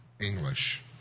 English